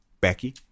Becky